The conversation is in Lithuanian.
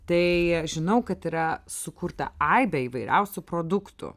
tai žinau kad yra sukurta aibė įvairiausių produktų